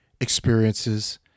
experiences